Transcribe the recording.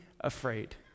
afraid